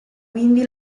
quindi